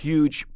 Huge